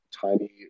tiny